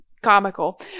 Comical